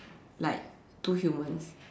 like two humans